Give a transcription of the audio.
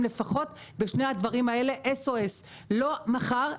לפחות בשני הדברים האלה S.O.S.. לא מחר,